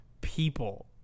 people